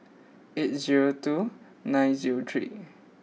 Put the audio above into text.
eight zero two nine zero three